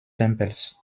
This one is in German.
tempels